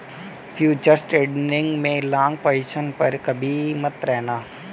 futures trading में long position पर कभी मत रहना